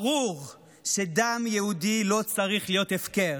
ברור שדם יהודי לא צריך להיות הפקר,